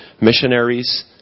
Missionaries